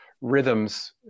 rhythms